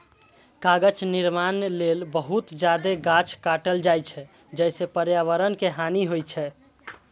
कागज निर्माण लेल बहुत जादे गाछ काटल जाइ छै, जइसे पर्यावरण के हानि होइ छै